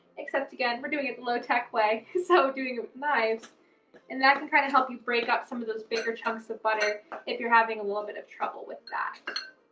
except again, we're doing it the low-tech way. so doing it with knives and that can kind of help you break up some of those bigger chunks of butter if you're having a little bit of trouble with that.